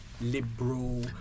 liberal